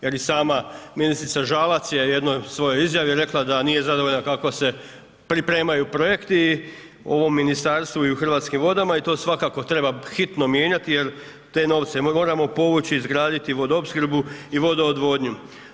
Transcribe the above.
Jer i sama ministrica Žalac je u jednoj svojoj izjavi rekla da nije zadovoljna kako se pripremaju projekti u ovom ministarstvu i u Hrvatskim vodama i to svakako treba hitno mijenjati jer te novce moramo povući, izgraditi vodoopskrbu i vodoodvodnju.